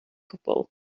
cwbl